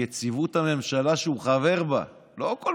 היא הכניסה להסכם הקואליציוני שני דברים חשובים: אחד,